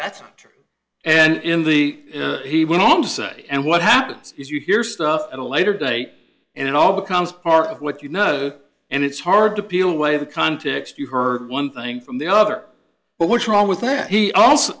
that's true and in the he went on to say and what happens is you hear stuff at a later date and it all becomes part of what you know and it's hard to peel away the context you heard one thing from the other but what's wrong with that he also